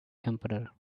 emperor